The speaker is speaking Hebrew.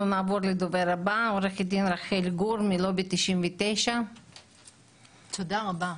אנחנו נעבור לעו"ד רחל גור מלובי 99. תודה רבה.